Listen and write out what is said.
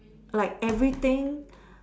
like everything